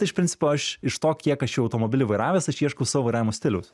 tai iš principo aš iš to kiek aš jau automobilį vairavęs aš ieškau savo vairavimo stiliaus